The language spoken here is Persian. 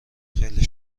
خیلی